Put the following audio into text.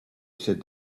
said